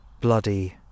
bloody